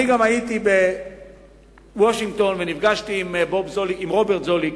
אני גם הייתי בוושינגטון ונפגשתי עם רוברט זוליק,